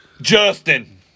Justin